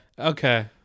Okay